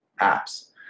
apps